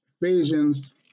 Ephesians